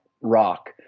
rock